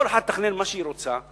כל אחת תתכנן מה שהיא רוצה?